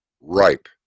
ripe